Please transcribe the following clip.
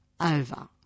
over